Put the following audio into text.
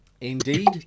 Indeed